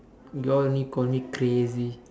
you all only call me crazy